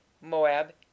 moab